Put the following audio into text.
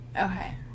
okay